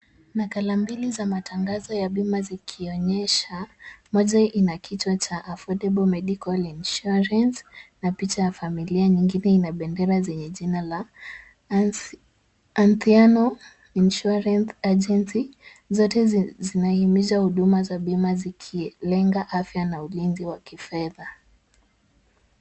Nakala mbili za matangazo ya bima zikionyesha; Moja ina kichwa cha Affordable Medical Insurance na picha ya familia nyingine inabendera zenye jina la. Anziano Insurance Agency, zote zinahimiza huduma za bima zikilenga afya na ulinzi wa kifedha.